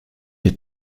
est